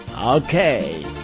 Okay